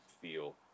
feel